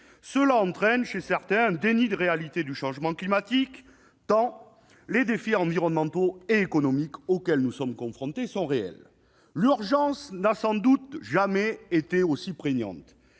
mais aussi, chez certains, un déni de la réalité du changement climatique, tant les défis environnementaux et économiques auxquels nous sommes confrontés sont redoutables. L'urgence n'a sans doute jamais aussi prégnante